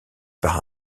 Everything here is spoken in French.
par